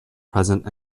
present